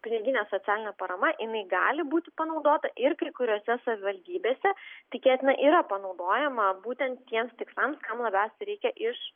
piniginė socialinė parama ir gali būti panaudota ir kai kuriose savivaldybėse tikėtina yra panaudojama būtent tiems tikslams kam tavęs reikia iš